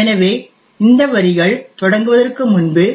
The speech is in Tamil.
எனவே இந்த வரிகள் தொடங்குவதற்கு முன்பு